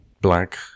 Black